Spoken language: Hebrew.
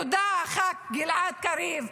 תודה, ח"כ גלעד קריב.